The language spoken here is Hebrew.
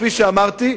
כפי שאמרתי,